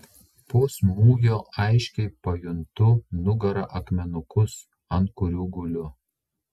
po smūgio aiškiai pajuntu nugara akmenukus ant kurių guliu